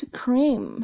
cream